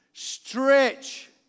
Stretch